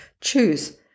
choose